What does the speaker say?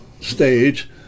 stage